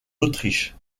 autriche